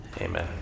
Amen